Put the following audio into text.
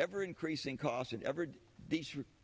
ever increasing costs in ever